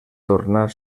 tornant